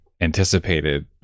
anticipated